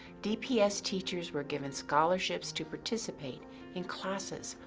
dps teachers were given scholarships to participate in classes,